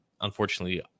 unfortunately